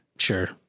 Sure